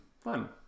fun